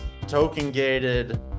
token-gated